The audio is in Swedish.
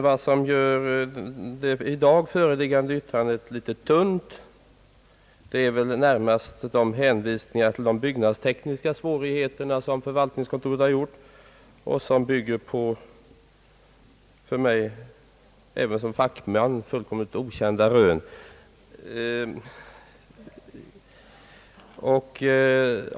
Vad som gör det i dag föreliggande yttrandet litet tunt är väl närmast de hänvisningar till byggnadstekniska svårigheter som förvaltningskontoret har gjort och som bygger på även för mig som fackman fullständigt okända rön.